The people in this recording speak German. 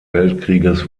weltkrieges